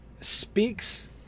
speaks